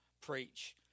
preach